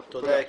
תודה.